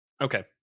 Okay